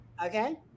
Okay